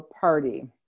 party